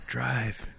Drive